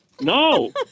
no